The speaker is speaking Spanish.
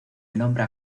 nombra